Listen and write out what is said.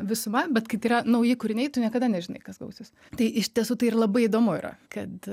visuma bet kai tai yra nauji kūriniai tu niekada nežinai kas gausis tai iš tiesų tai ir labai įdomu yra kad